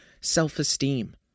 self-esteem